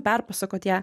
perpasakot ją